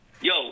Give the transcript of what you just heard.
Yo